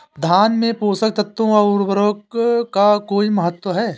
धान में पोषक तत्वों व उर्वरक का कोई महत्व है?